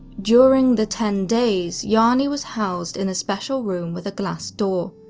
during the ten days, jani was housed in a special room with a glass door.